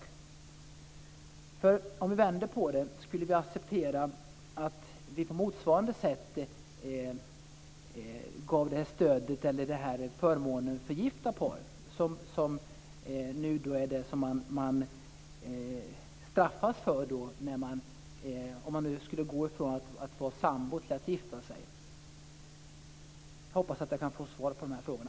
Vi kan nämligen vända på det: Skulle vi acceptera att man gav sådana här stöd och förmåner åt gifta par på motsvarande sätt som man nu straffar dem som går från att vara sambo till att gifta sig? Jag hoppas att jag kan få svar på de här frågorna.